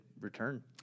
return